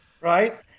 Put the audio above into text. right